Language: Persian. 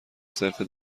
صرف